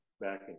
back